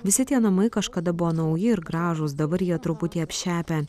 visi tie namai kažkada buvo nauji ir gražūs dabar jie truputį apšepę